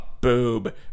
boob